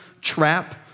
trap